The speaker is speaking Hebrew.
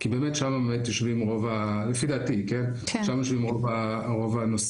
כי באמת שם, לפי דעתי, יושבים רוב הנושאים.